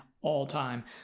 all-time